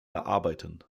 erarbeiten